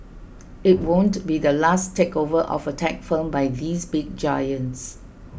it won't be the last takeover of a tech firm by these big giants